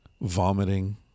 vomiting